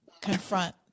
confront